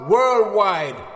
Worldwide